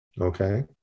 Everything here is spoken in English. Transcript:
Okay